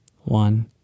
One